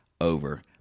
over